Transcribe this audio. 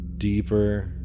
Deeper